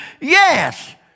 yes